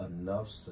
enough